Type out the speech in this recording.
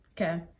okay